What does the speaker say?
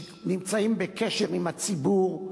שנמצאים בקשר עם הציבור,